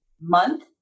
month